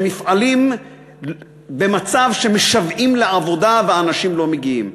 מפעלים במצב שהם משוועים לעבודה ואנשים לא מגיעים.